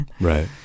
Right